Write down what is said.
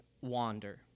wander